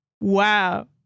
wow